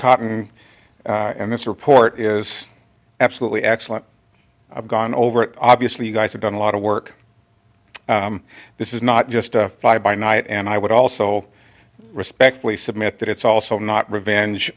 cotton and this report is absolutely excellent i've gone over it obviously you guys have done a lot of work this is not justified by night and i would also respectfully submit that it's also not revenge